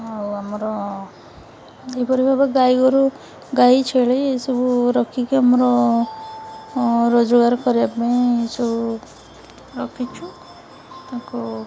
ଆଉ ଆମର ଏହିପରି ଭାବରେ ଗାଈ ଗୋରୁ ଗାଈ ଛେଳି ଏସବୁ ରଖିକି ଆମର ରୋଜଗାର କରିବା ପାଇଁ ଏସବୁ ରଖିଛୁ ତାକୁ